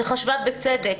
שחשבה בצדק,